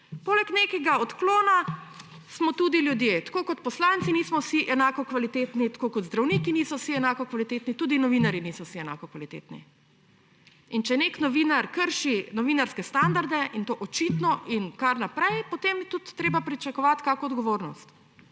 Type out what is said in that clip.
Poleg nekega odklona smo tudi ljudje, tako kot poslanci nismo vsi enako kvalitetni, tako kot zdravniki niso vsi enako kvalitetni, tudi novinarji niso vsi enako kvalitetni. Če nek novinar krši novinarske standarde, in to očitno in kar naprej, potem je tudi treba pričakovati kakšno odgovornost.